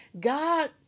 God